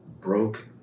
broken